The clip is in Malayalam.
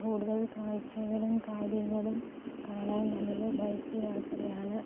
കൂടുതൽ കാഴ്ചകളും കാര്യങ്ങളും കാണാൻ നല്ലത് ബൈക്ക് യാത്രയാണ്